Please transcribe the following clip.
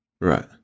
Right